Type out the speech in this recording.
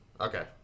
Okay